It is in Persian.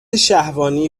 شهوانی